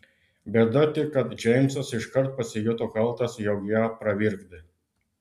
bėda tik kad džeimsas iškart pasijuto kaltas jog ją pravirkdė